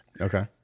okay